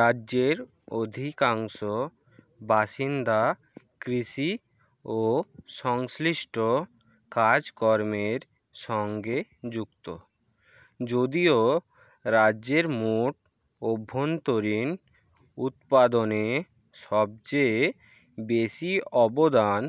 রাজ্যের অধিকাংশ বাসিন্দা কৃষি ও সংশ্লিষ্ট কাজকর্মের সঙ্গে যুক্ত যদিও রাজ্যের মোট অভ্যন্তরীণ উৎপাদনে সবচেয়ে বেশি অবদান